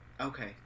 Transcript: Okay